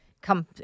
come